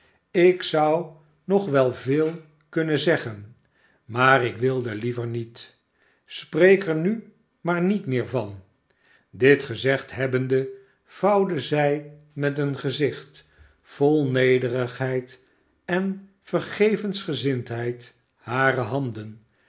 ik zou nog wel veel kunnen zeggen maar ik wilde liever niet spreek er nu maar niet meer van dit gezegd hebbende vouwde zij met een gezicht vol nederigheid en vergevensgezindheid hare handen